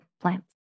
plants